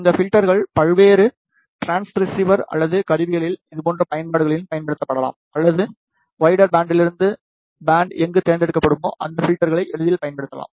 இந்த பில்டர்கள் பல்வேறு டிரான்ஸ்ரெசீவர் அல்லது கருவிகளில் இதே போன்ற பயன்பாடுகளிலும் பயன்படுத்தப்படலாம் அல்லது வைடர் பேண்ட்லிருந்து பேண்ட் எங்கு தேர்ந்தெடுக்கப்படுமோ அந்த பில்டர்களை எளிதில் பயன்படுத்தலாம்